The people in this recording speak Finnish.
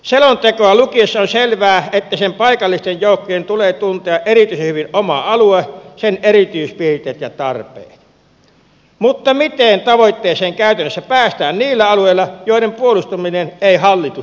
selontekoa lukiessa on selvää että sen paikallisten joukkojen tulee tuntea erityisen hyvin oma alue sen erityispiirteet ja tarpeet mutta miten tavoitteeseen käytännössä päästään niillä alueilla joiden puolustaminen ei hallitusta kiinnosta